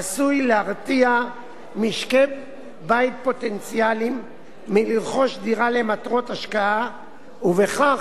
עשוי להרתיע משקי-בית פוטנציאליים מלרכוש דירה למטרות השקעה ובכך